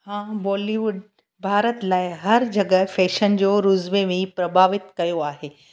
हा बॉलीवुड भारत लाइ हर जॻह फैशन जो रोज़ में बि प्रभावित कयो आहे